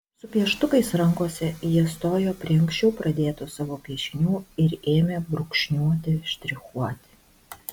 su pieštukais rankose jie stojo prie anksčiau pradėtų savo piešinių ir ėmė brūkšniuoti štrichuoti